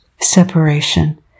Separation